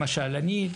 למשל אני,